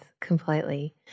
completely